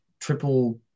triple